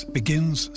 begins